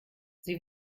sie